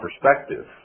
perspective